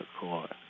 court